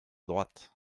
droite